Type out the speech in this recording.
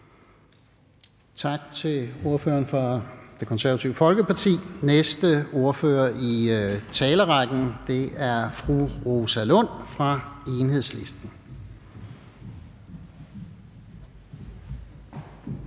Tak til ordføreren for Det Konservative Folkeparti. Næste ordfører i talerrækken er fru Rosa Lund fra Enhedslisten.